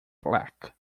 black